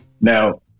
Now